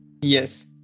Yes